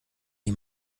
die